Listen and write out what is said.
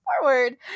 forward